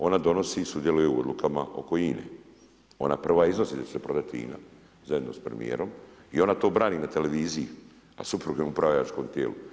Ona donosi i sudjeluje u odlukama oko INA-e, ona prva iznosi da će se prodati INA zajedno s premijerom i ona to brani na televiziji, a suprug u upravljačkom tijelu.